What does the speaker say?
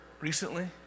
recently